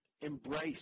embrace